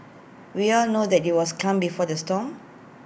we all know that IT was calm before the storm